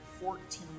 fourteen